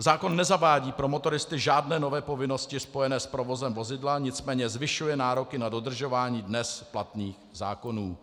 Zákon nezavádí pro motoristy žádné nové povinnosti spojené s provozem vozidla, nicméně zvyšuje nároky na dodržování dnes platných zákonů.